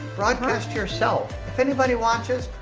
broadcast yourself. if anybody watches,